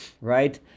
right